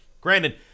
Granted